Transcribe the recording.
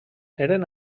eren